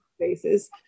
spaces